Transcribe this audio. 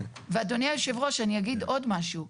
ואדוני יושב הראש, אני אגיד עוד משהו.